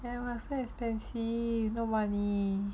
so expensive no money